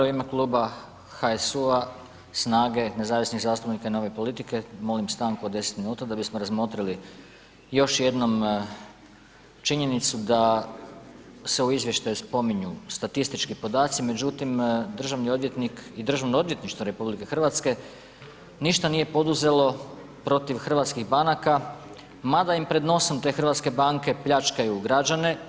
U ime kluba HSU-a, SNAGA-e i nezavisnih zastupnika i Nove politike molim stanku od 10 minuta da bismo razmotrili još jednom činjenicu da se u izvještaju spominju statistički podaci, međutim državni odvjetnik i DORH ništa nije poduzelo protiv hrvatskih banaka mada im pred nosom te hrvatske banke pljačkaju građane.